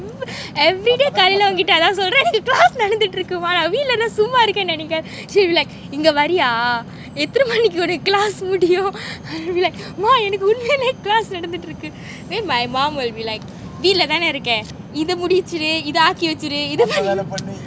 every காலைல உன் கிட்ட அதான் சொல்றேன்:kaalaila un kitta athaan solrean class நடந்துட்டு இருக்குமா நா வீட்ல என்ன சும்மா இருக்கேனு நெனைக்கிற:nadanthutu irukkuma na veetla enna summa irukkenu nenakira she'll be like இங்க வரியா எதுன மணிக்கி உனக்கு:inga variya ethuna maniki eunaku class முடியும்:mudiyum I'll be like மா எனக்கு உன்மேலயே:maa enakku unmela class நடந்துட்டு இருக்கு:nadanthuttu irukku then my mum will be like வீட்ல தானே இருக்க இத முடிச்சிடு இத ஆக்கி வெச்சிடு:veetla thaane irukka itha mudichchidu itha aaki vechchidu